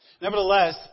Nevertheless